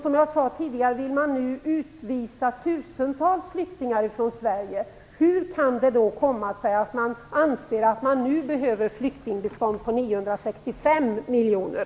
Som jag sade tidigare, vill man nu utvisa tusentals flyktingar från Sverige. Hur kan det då komma sig att man anser att det nu behövs flyktingbistånd på 965 miljoner?